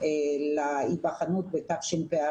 להיבחנות בתשפ"א,